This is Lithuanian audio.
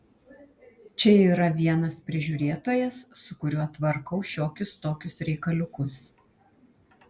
čia yra vienas prižiūrėtojas su kuriuo tvarkau šiokius tokius reikaliukus